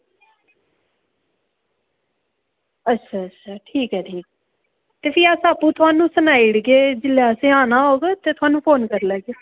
अच्छा अच्छा ठीक ऐ ते फिर अस थुहानू आपें सनाई ओड़गे जेल्लै तुसें आना होग थुहानू फोन करी लैगे